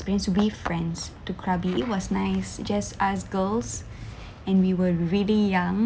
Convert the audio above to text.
with the friends to krabi it was nice just us girls and we were really young